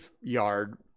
yard